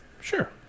Sure